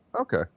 Okay